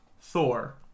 Thor